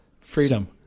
Freedom